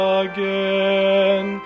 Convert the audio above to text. again